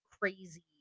crazy